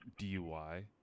DUI